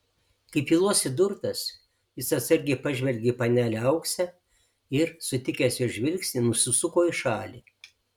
kaip ylos įdurtas jis atsargiai pažvelgė į panelę auksę ir sutikęs jos žvilgsnį nusisuko į šalį